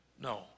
No